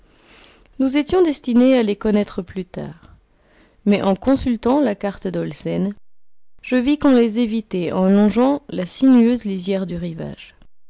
nous étions destinés à les connaître plus tard mais en consultant la carte d'olsen je vis qu'on les évitait en longeant la sinueuse lisière du rivage